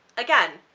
again,